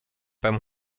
beim